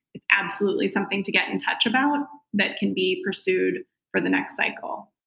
it's absolutely something to get in touch about that can be pursued for the next cycle.